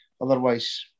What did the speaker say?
otherwise